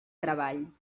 treball